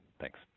thanks